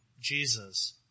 Jesus